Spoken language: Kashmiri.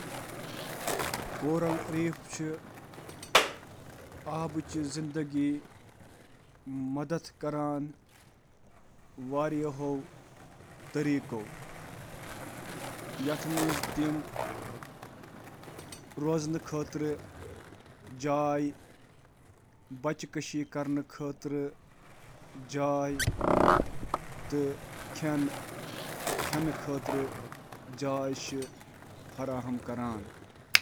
کورل ریف چِھ متنوع ماحولیاتی نظامس مدد کرنس قٲبل، آب فلٹر کرنس تہٕ آکسیجن بناونس قٲبل آسان ییلہٕ تمن سہارٕ دینہٕ خاطرٕ صاف، صاف تہٕ ٹھنڈٕ آب آسہٕ۔